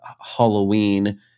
Halloween